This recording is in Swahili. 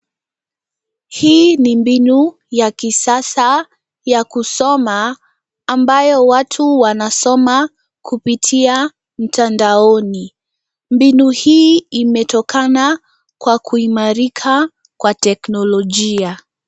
Hii ni mbinu ya kisasa ya kusoma ambayo watu wanasoma kupitia mtandaoni. Mbinu hii imetokana kwa kuimarika kwa teknolojia.